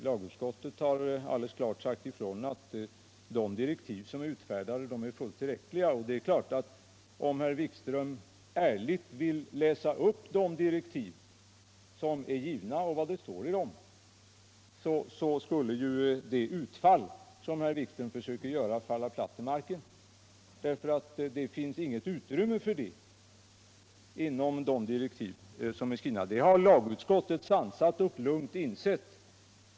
Lagutskowuet har klart sagt ifrån att de direktiv som har utfärdats är fullt tillräckliga. Om herr Wikström ärligt läste upp vad som står i de givna direktiven faller det utfall som herr Wikström gör platt till marken. Det finns inget utrymme för herr Wikstwröms förslag inom ramen för de direktiv som är skrivna — det har lagutskottet lugnt och sansat insett.